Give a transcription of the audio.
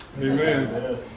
Amen